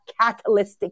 catalytic